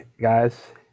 guys